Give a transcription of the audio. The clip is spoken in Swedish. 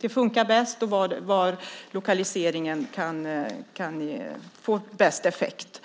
det fungerar bäst och var lokaliseringen kan få bäst effekt.